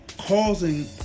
causing